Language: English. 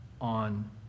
on